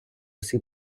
всі